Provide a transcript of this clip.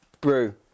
Brew